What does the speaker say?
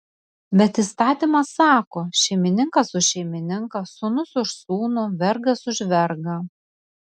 bet įstatymas sako šeimininkas už šeimininką sūnus už sūnų vergas už vergą